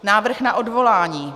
Návrh na odvolání.